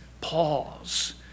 pause